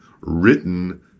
written